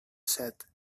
said